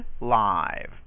live